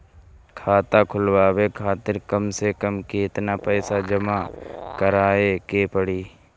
खाता खुलवाये खातिर कम से कम केतना पईसा जमा काराये के पड़ी?